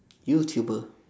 YouTuber